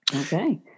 okay